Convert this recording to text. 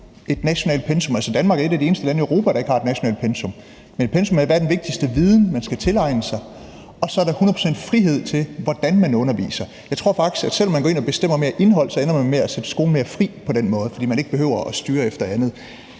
et nationalt pensum. Altså, Danmark er et af de eneste lande i Europa, der ikke har et nationalt pensum. Et pensum handler om: Hvad er den vigtigste viden, man skal tilegne sig? Og så er der hundrede procent frihed, med hensyn til hvordan man underviser. Jeg tror faktisk, at man, selv om man går ind og bestemmer mere indhold, ender med at sætte skolen mere fri på den måde, fordi man ikke behøver at styre efter andet.